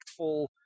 impactful